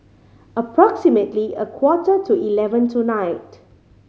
approximately a quarter to eleven tonight